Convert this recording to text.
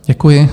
Děkuji.